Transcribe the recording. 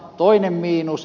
toinen miinus